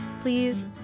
Please